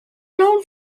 known